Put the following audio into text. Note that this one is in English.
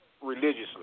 religiously